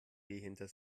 hinter